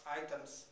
items